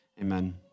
Amen